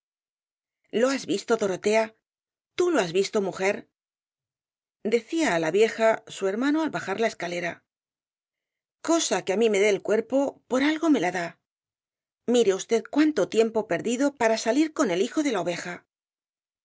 lo has visto dorotea tú lo has visto mujer decía á la vieja su hermano al bajar la escalera cosa que á mí me dé el cuerpo por algo me la da mire usted cuánto tiempo perdido para salir con el hijo de la oveja